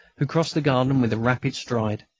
who crossed the garden with a rapid stride.